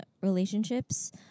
relationships